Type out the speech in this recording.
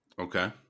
Okay